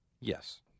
Yes